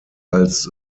als